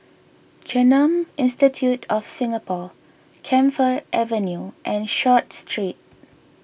Genome Institute of Singapore Camphor Avenue and Short Street